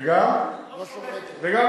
וגם לא שובתת.